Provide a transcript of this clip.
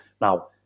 Now